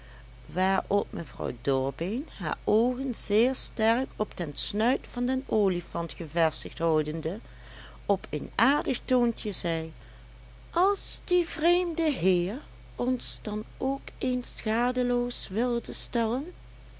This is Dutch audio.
waarop mevrouw dorbeen haar oogen zeer sterk op den snuit van den olifant gevestigd houdende op een aardig toontje zei als die vreemde heer ons dan ook eens schadeloos wilde stellen